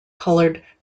colored